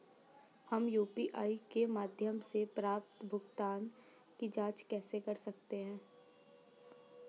हम यू.पी.आई के माध्यम से प्राप्त भुगतान की जॉंच कैसे कर सकते हैं?